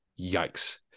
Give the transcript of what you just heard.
yikes